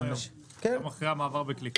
גם אחרי המעבר בקליק.